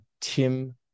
Tim